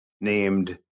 named